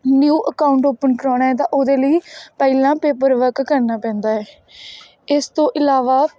new account open ਕਰਵਾਉਣਾ ਹੈ ਤਾਂ ਉਹਦੇ ਲਈ ਪਹਿਲਾਂ ਪੇਪਰ ਵਰਕ ਕਰਨਾ ਪੈਂਦਾ ਹੈ ਇਸ ਤੋਂ ਇਲਾਵਾ